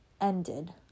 ended